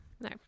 No